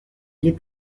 les